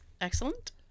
Excellent